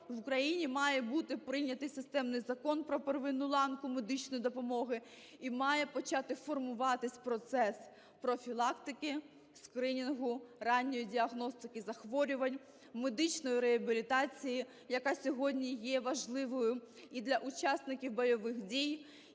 в Україні має бути прийнятий системний Закон про первинну ланку медичної допомоги і має почати формуватись процес профілактики, скринінгу, ранньої діагностики захворювань, медичної реабілітації, яка сьогодні є важливою і для учасників бойових дій,